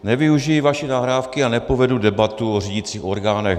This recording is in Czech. Nevyužiji vaší nahrávky a nepovedu debatu o řídících orgánech.